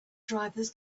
drivers